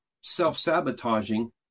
self-sabotaging